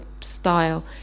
style